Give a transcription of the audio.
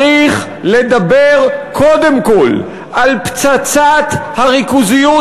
צריך לדבר קודם כול על פצצת הריכוזיות